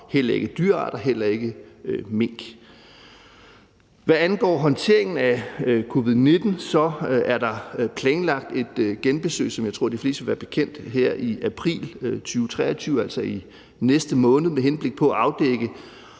heller ikke dyrearter og heller ikke mink. Hvad angår håndteringen af covid-19, er der, som jeg tror de fleste vil være bekendt med, planlagt et genbesøg her i april 2023, altså i næste måned, med henblik på at afdække,